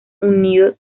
unido